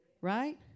Right